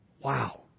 Wow